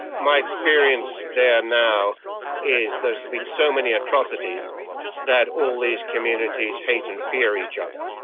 my experience there now is there has been so many atrocities that all these communities hate and fear each other,